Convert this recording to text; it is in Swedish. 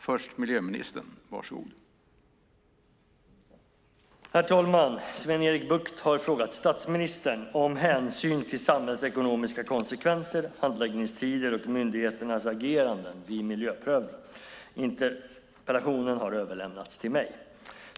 Herr talman! Sven-Erik Bucht har frågat statsministern om hänsyn till samhällsekonomiska konsekvenser, handläggningstider och myndigheternas ageranden vid miljöprövningar. Interpellationen har överlämnats till mig.